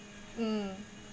mm